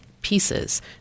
pieces